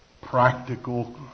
practical